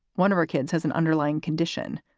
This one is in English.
one of her kids has an underlying condition.